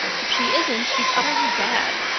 if she isn't she's utterly bad.